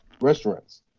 restaurants